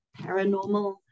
paranormal